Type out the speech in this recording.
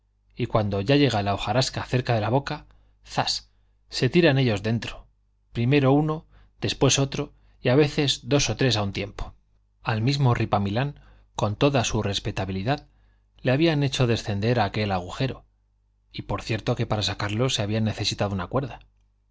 y cuando ya llega la hojarasca cerca de la boca zas se tiran ellos dentro primero uno después otro y a veces dos o tres a un tiempo al mismo ripamilán con toda su respetabilidad le habían hecho descender a aquel agujero y por cierto que para sacarlo se había necesitado una cuerda